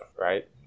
right